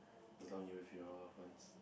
as long you with your ones